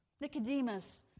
Nicodemus